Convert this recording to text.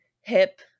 hip